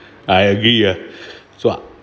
I agree ah swap